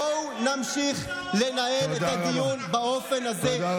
בואו נמשיך לנהל את הדיון באופן הזה.